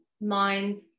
mind